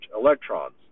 electrons